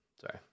sorry